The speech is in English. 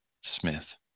Smith